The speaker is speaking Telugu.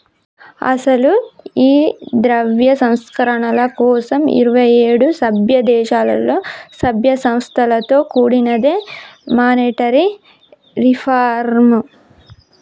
అసలు ఈ ద్రవ్య సంస్కరణల కోసం ఇరువైఏడు సభ్య దేశాలలో సభ్య సంస్థలతో కూడినదే మానిటరీ రిఫార్మ్